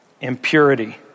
impurity